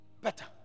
Better